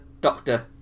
Doctor